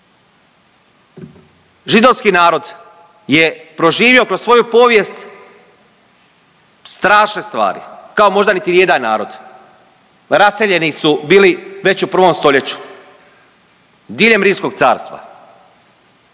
Židovski narod je proživio kroz svoju povijest strašne stvari, kao možda niti jedan narod. Raseljeni su bili već u 1. st. diljem Rimskog Carstva.